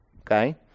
okay